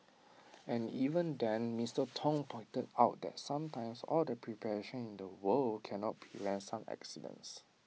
and even then Mister Tong pointed out that sometimes all the preparation in the world cannot prevent some accidents